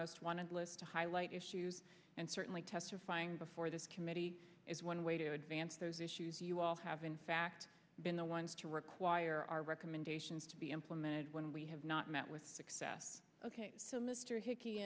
most wanted list to highlight issues and certainly testifying before this committee is one way to advance those issues you all have in fact been the ones to require our recommendations to be implemented when we have not met with success ok so mr hickey